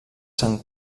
sant